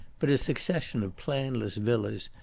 but a succession of planless villas,